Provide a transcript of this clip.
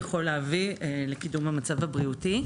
יכול להביא לקידום המצב הבריאותי.